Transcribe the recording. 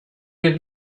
had